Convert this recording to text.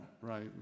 right